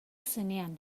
zenean